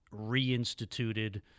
reinstituted